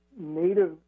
Native